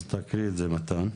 אז תקריא את זה, מתן.